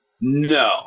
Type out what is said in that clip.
No